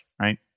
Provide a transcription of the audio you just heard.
right